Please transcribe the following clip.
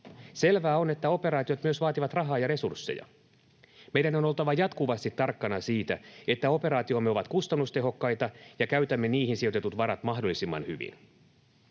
Selvää on, että operaatiot myös vaativat rahaa ja resursseja. Meidän on oltava jatkuvasti tarkkana siitä, että operaatiomme ovat kustannustehokkaita ja käytämme niihin sijoitetut varat mahdollisimman hyvin.